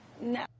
No